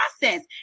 process